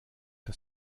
das